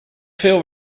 veel